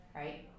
right